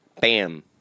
bam